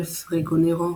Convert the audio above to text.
"אל פריגונירו",